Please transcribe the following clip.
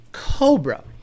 cobra